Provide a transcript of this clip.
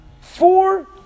Four